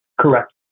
Correct